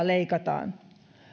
leikataan